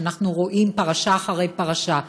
כשאנחנו רואים פרשה אחרי פרשה,